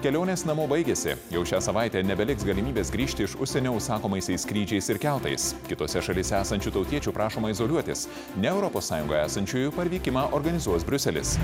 kelionės namo baigėsi jau šią savaitę nebeliks galimybės grįžti iš užsienio užsakomaisiais skrydžiais ir keltais kitose šalyse esančių tautiečių prašoma izoliuotis ne europos sąjungoje esančiųjų parvykimą organizuos briuselis